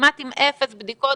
כמעט עם אפס בדיקות,